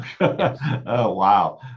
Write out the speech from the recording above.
wow